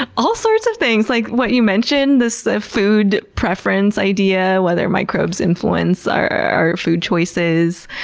and all sorts of things. like, what you mentioned, this food preference idea, whether microbes influence our food choices.